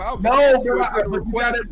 No